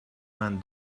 man